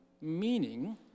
Meaning